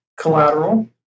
collateral